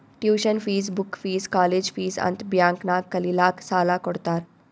tuition fees, book fees, college fees ಅಂತ್ bank ನಾಗ್ ಕಲಿಲ್ಲಾಕ್ಕ್ ಸಾಲಾ ಕೊಡ್ತಾರ್